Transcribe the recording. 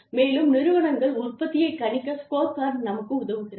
மேலும் நிறுவனங்கள் உற்பத்தியைக் கணிக்க ஸ்கோர்கார்டு நமக்கு உதவுகிறது